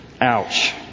Ouch